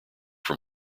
from